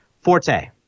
Forte